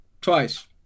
twice